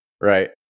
right